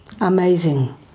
Amazing